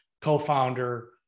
co-founder